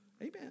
Amen